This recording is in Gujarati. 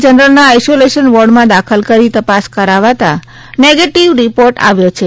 જનરલના આઇસોલેશન વોર્ડમાં દાખલ કરી તપાસકરાવાતાં નેગેટિવ રિપોર્ટ આવ્યો છે